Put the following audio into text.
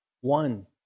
One